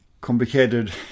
complicated